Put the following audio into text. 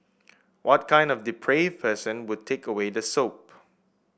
what kind of depraved person would take away the soup